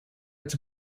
its